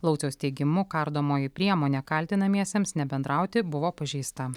lauciaus teigimu kardomoji priemonė kaltinamiesiems nebendrauti buvo pažeista